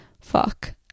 fuck